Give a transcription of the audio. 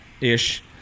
ish